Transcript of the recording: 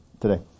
today